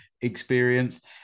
experience